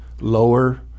lower